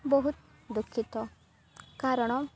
ବହୁତ ଦୁଃଖିତ କାରଣ